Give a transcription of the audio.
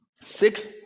Six